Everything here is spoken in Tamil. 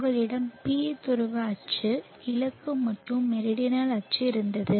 உங்களிடம் பி துருவ அச்சு கிழக்கு மற்றும் மெரிடனல் அச்சு இருந்தது